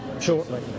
shortly